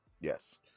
Yes